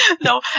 No